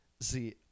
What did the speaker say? see